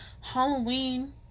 Halloween